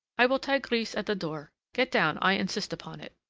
i will tie grise at the door get down, i insist upon it.